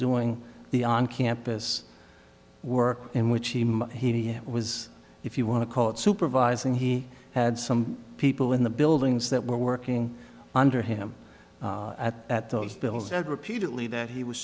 doing the on campus work in which he was if you want to call it supervising he had some people in the buildings that were working under him at at those bill said repeatedly that he was